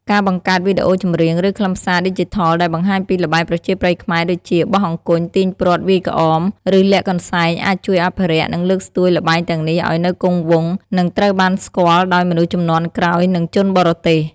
ការបង្កើតវីដេអូចម្រៀង ឬខ្លឹមសារឌីជីថលដែលបង្ហាញពីល្បែងប្រជាប្រិយខ្មែរ ដូចជា បោះអង្គញ់ ទាញព្រ័ត្រ វាយក្អម ឬលាក់កន្សែង អាចជួយអភិរក្ស និងលើកស្ទួយល្បែងទាំងនេះឱ្យនៅគង់វង្ស និងត្រូវបានស្គាល់ដោយមនុស្សជំនាន់ក្រោយ និងជនបរទេស។